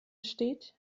steht